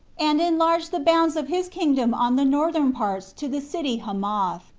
and enlarge the bounds of his kingdom on the northern parts to the city hamath,